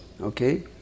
Okay